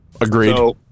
Agreed